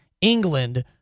England